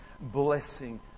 blessing